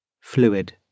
Fluid